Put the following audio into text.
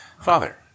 Father